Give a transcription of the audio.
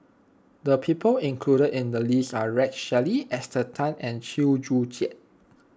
the people included in the list are Rex Shelley Esther Tan and Chew Joo Chiat